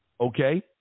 okay